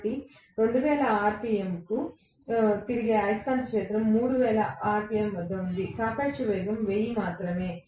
కాబట్టి ఇది 2000 ఆర్పిఎమ్ తిరిగే అయస్కాంత క్షేత్రం 3000 ఆర్పిఎమ్ వద్ద ఉంది సాపేక్ష వేగం 1000 మాత్రమే